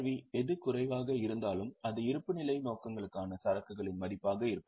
we எது குறைவாக இருந்தாலும் அது இருப்புநிலை நோக்கங்களுக்கான சரக்குகளின் மதிப்பாக இருக்கும்